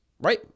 right